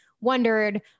wondered